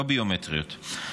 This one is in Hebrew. לא ביומטריות,